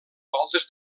voltes